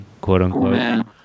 quote-unquote